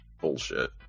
bullshit